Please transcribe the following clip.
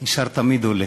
נשאר תמיד עולה.